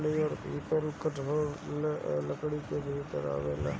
पहाड़ी पीपल कठोर लकड़ी के भीतर आवेला